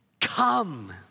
come